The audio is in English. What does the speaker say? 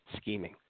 scheming